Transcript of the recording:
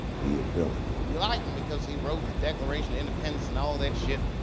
be a villain you like them because he wrote the declaration independence and all that shit.